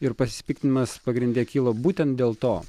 ir pasipiktinimas pagrinde kilo būtent dėl to